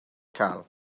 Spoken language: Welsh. cael